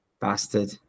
Bastard